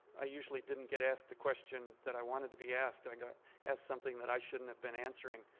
i usually didn't get asked the question that i wanted to be asked. i got asked something that i shouldn't have been answering.